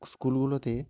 স্কুলগুলোতে